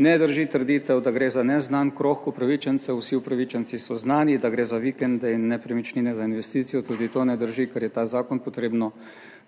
Ne drži trditev, da gre za neznan krog upravičencev: vsi upravičenci so znani, da gre za vikende in nepremičnine za investicijo tudi to ne drži, ker je ta zakon potrebno